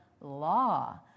law